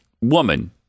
woman